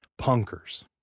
Punkers